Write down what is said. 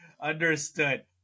understood